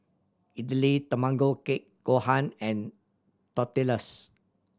Idili Tamago Kake Gohan and Tortillas